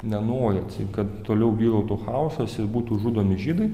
nenori atseit kad toliau vyrautų chaosas ir būtų žudomi žydai